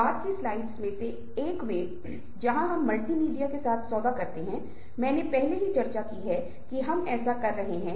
दूसरा एक स्वचालित उपकरण है और आप इसे ऑनलाइन कर सकते हैं और आपको एक अंक प्राप्त होगा